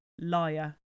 Liar